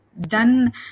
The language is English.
done